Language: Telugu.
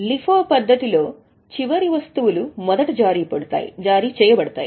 లిఫో పద్ధతిలో చివరి అంశాలు మొదట జారీ చేయబడతాయి